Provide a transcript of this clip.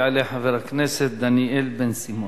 יעלה חבר הכנסת דניאל בן-סימון,